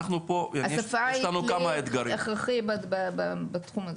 השפה היא כלי הכרחי בתחום הזה.